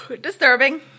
Disturbing